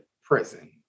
prison